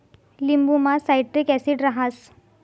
लिंबुमा citric acid रहास